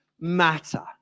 matter